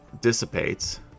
dissipates